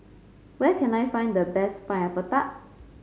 where can I find the best Pineapple Tart